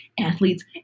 athletes